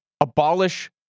abolish